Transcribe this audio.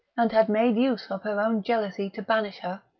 and had made use of her own jealousy to banish her,